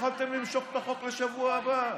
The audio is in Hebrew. יכולתם למשוך את החוק לשבוע הבא.